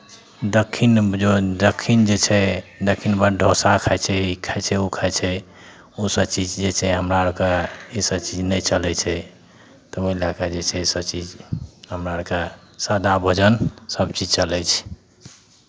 दक्षिणमे जो दक्षिण जे छै दक्षिणमे डोसा खाइ छै ई खाइ छै ओ खाइ छै उसभ चीज जे छै हमरा आरके इसभ चीज नहि चलै छै तऽ ओहि लऽ कऽ जे छै इसभ चीज हमरा आरके सादा भोजन सभचीज चलै छै